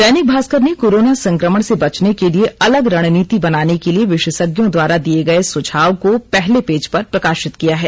दैनिक भास्कर ने कोरोना संक्रमण से बचने के लिए अलग रणनीति बनाने के लिए विशेषज्ञों द्वारा दिए गए सुझाव को पहले पेज पर प्रकाशित किया है